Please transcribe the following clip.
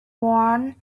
want